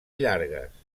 llargues